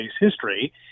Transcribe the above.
history